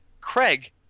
Craig